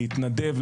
להתנדב,